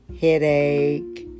headache